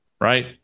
right